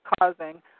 causing